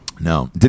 No